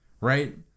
Right